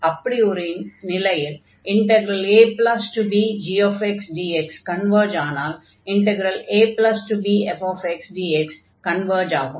அப்படி ஒரு நிலையில் abgxdx கன்வர்ஜ் ஆனால் abfxdx கன்வர்ஜ் ஆகும்